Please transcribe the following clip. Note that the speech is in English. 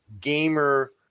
gamer